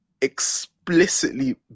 explicitly